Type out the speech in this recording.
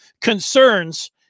concerns